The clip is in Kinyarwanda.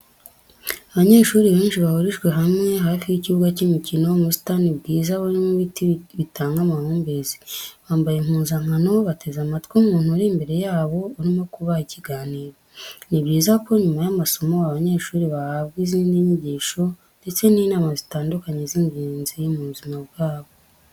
Abanyeshuri benshi bahurijwe hamwe hafi y'ikibuga cy'imikino, mu busitani bwiza burimo ibiti bitanga amahumbezi, bambaye impuzankano, bateze amatwi umuntu uri imbere yabo urimo kubaha ikiganiro. Ni byiza ko nyuma y'amasomo abanyeshuri bahabwa izindi nyigisho ndetse n'inama zitandukanye z'ingenzi mu buzima bwabo.